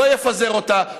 לא יפזר אותה,